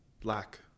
black